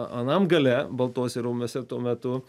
anam gale baltuose rūmuose tuo metu